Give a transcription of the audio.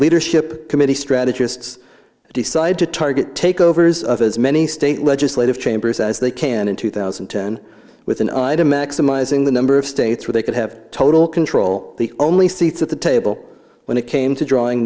leadership committee strategists decided to target takeovers of as many state legislative chambers as they can in two thousand and ten with an item maximizing the number of states where they could have total control the only seats at the table when it came to drawing